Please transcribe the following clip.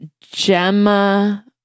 Gemma